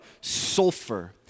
sulfur